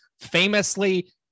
famously